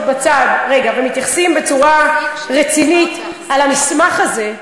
בצד ומתייחסים בצורה רצינית למסמך הזה,